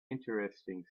interesting